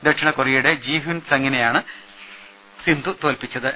ദക്ഷിണ കൊറിയയുടെ Ji Hyun സങ്ങിനെയാണ് സിന്ധു തോൽപ്പിച്ചത്